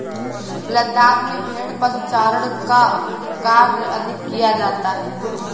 लद्दाख में भेड़ पशुचारण का कार्य अधिक किया जाता है